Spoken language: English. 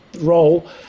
role